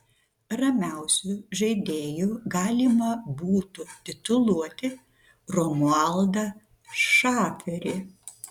ramiausiu žaidėju galima būtų tituluoti romualdą šaferį